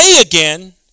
again